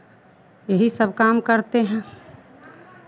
यही सब काम करते हैं